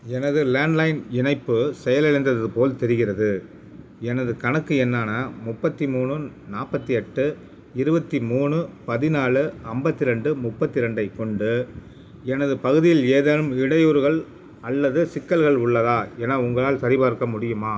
எனது லேண்ட்லைன் இணைப்பு செயலிழந்தது போல் தெரிகிறது எனது கணக்கு எண்ணான முப்பத்தி மூணு நாற்பத்தி எட்டு இருபத்தி மூணு பதினாழு ஐம்பத்தி ரெண்டு முப்பத்தி ரெண்டைக் கொண்டு எனது பகுதியில் ஏதேனும் இடையூறுகள் அல்லது சிக்கல்கள் உள்ளதா என உங்களால் சரிபார்க்க முடியுமா